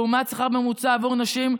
לעומת שכר ממוצע של נשים,